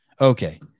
Okay